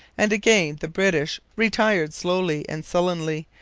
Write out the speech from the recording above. and again the british retired slowly and sullenly,